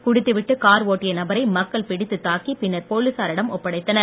குடித்துவிட்டு கார் ஒட்டிய நபரை மக்கள் பிடித்துத் தாக்கி பின்னர் போலீசாரிடம் ஒப்படைத்தனர்